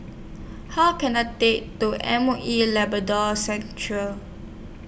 How Can I Take to M O E Labrador Central